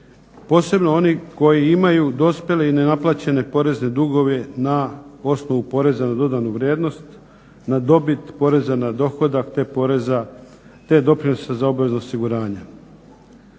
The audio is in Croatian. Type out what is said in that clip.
posebno oni koji imaju dospjele i nenaplaćene porezne dugove na osnovu poreza na dodanu vrijednost, na dobit, poreza na dohodak, te poreza, te doprinosa za obvezno osiguranje.